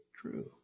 true